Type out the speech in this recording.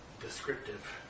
descriptive